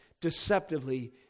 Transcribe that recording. deceptively